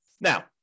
Now